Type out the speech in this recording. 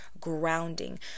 grounding